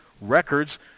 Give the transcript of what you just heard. records